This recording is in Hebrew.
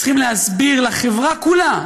צריכים להסביר לחברה כולה,